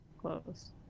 close